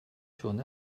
schon